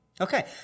Okay